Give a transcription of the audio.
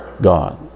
God